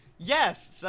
Yes